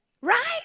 right